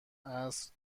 عصر